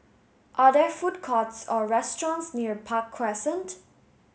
are there food courts or restaurants near Park Crescent